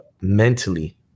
mentally